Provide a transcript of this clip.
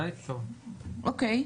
אוקיי,